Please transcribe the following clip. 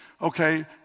Okay